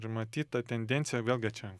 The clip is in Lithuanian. ir matyt ta tendencija vėlgi čia